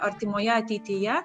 artimoje ateityje